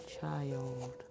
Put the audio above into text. child